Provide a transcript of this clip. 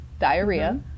diarrhea